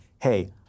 hey